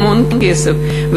המון כסף,